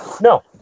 no